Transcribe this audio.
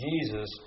Jesus